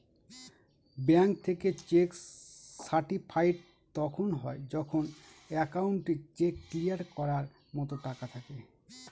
bank থেকে cheque certified তখন হয় যখন একাউন্টে চেক ক্লিয়ার করার মতো টাকা থাকে